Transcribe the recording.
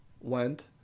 went